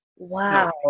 Wow